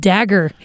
Dagger